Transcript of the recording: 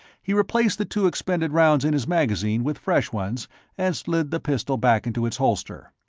he replaced the two expended rounds in his magazine with fresh ones and slid the pistol back into its holster.